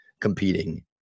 competing